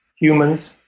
humans